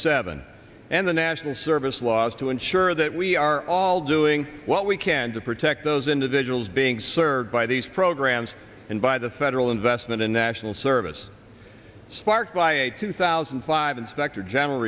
seven and the national service laws to ensure that we are all doing what we can to protect those individuals being served by these programs and by the federal investment in national service sparked by a two thousand and five inspector general